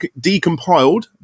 decompiled